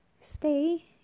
stay